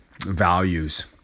values